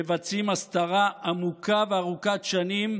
מבצעים הסתרה עמוקה וארוכת שנים,